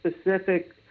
specific